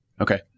Okay